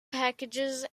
packages